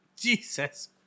Jesus